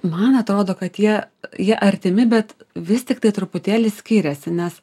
man atrodo kad jie jie artimi bet vis tiktai truputėlį skiriasi nes